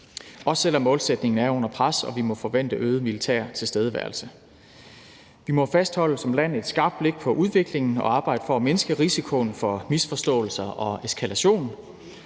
også selv om målsætningen er under pres og vi må forvente øget militær tilstedeværelse. Vi må som land fastholde et skarpt blik på udviklingen og arbejde for at mindske risikoen for misforståelser og eskalation.